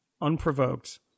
unprovoked